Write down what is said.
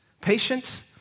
patience